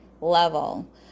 level